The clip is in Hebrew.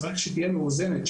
צריך שתהיה מאוזנת,